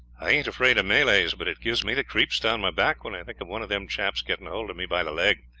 i aint afraid of malays, but it gives me the creeps down my back when i think of one of them chaps getting hold of me by the leg.